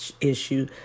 issue